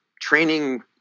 training